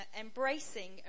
embracing